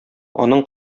аның